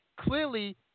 clearly